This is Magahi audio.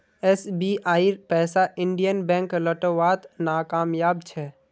एसबीआईर पैसा इंडियन बैंक लौटव्वात नाकामयाब छ